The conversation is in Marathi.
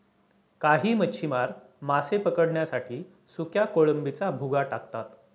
काही मच्छीमार मासे पकडण्यासाठी सुक्या कोळंबीचा भुगा टाकतात